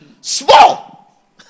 Small